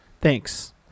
thanks